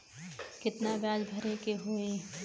कितना ब्याज भरे के होई?